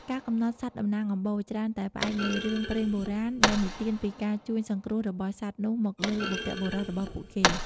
ការកំណត់សត្វតំណាងអំបូរ ច្រើនតែផ្អែកលើរឿងព្រេងបុរាណដែលនិទានពីការជួយសង្គ្រោះរបស់សត្វនោះមកលើបុព្វបុរសរបស់ពួកគេ។